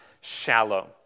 shallow